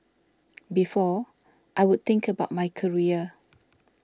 before I would think about my career